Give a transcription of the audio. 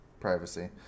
privacy